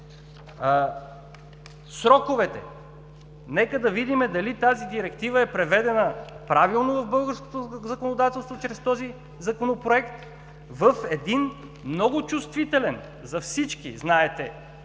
Сроковете. Нека да видим дали тази Директива е приведена правилно в българското законодателство чрез този Законопроект в един много чувствителен за всички, знаете,